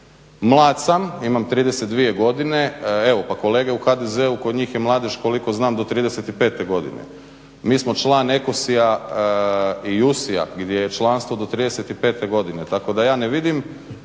mlad sam, imam 32 godine, evo pa kolege u HDZ-u, kod njih je mladež koliko znam do 35 godine, mi smo član ekosija i jusija gdje je članstvo do 35 godine tako da ja ne vidim